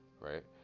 right